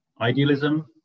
Idealism